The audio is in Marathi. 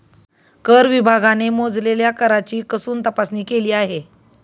कर विभागाने मोजलेल्या कराची कसून तपासणी केली आहे